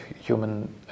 human